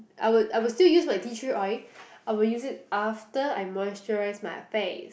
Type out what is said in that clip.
I would I would still use my tea tree oil I would use it after I moisturise my face